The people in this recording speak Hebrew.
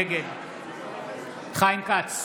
נגד חיים כץ,